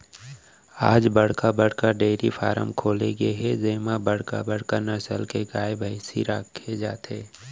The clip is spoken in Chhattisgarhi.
आज बड़का बड़का डेयरी फारम खोले गे हे जेमा बड़का बड़का नसल के गाय, भइसी राखे जाथे